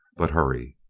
but hurry.